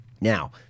Now